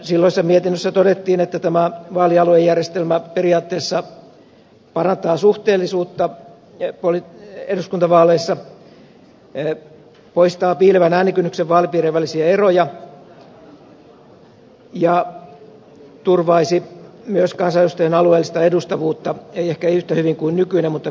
siinä silloisessa mietinnössä todettiin että tämä vaalialuejärjestelmä periaatteessa parantaa suhteellisuutta eduskuntavaaleissa poistaa piilevän äänikynnyksen osalta vaalipiirien välisiä eroja ja turvaisi myös kansanedustajien alueellista edustavuutta ei ehkä yhtä hyvin kuin nykyinen mutta kuitenkin